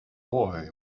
boy